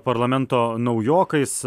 parlamento naujokais